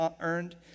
earned